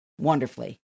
wonderfully